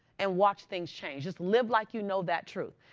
and watch things change. just live like you know that truth.